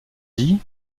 dit